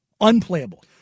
Unplayable